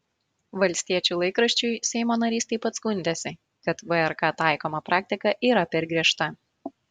valstiečių laikraščiui seimo narys taip pat skundėsi kad vrk taikoma praktika yra per griežta